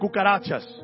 cucarachas